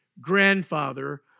grandfather